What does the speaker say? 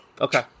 Okay